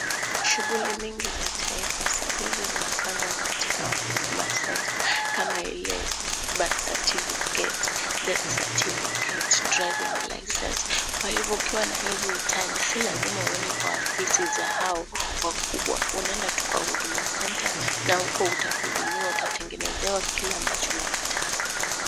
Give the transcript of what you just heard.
Shughuli mingi za taifa siku hizi zinafanywa katika Huduma Center kama hile birth certificate, death certificate, driving license kwa hivyo ukiwa na hisi time zi lasima uendwa kwa ofisi za hao wakumbwa unaenda tu kwa Huduma Center na uko utaudumiwa utatengenesa kile ambacho unakitaka.